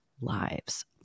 lives